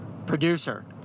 producer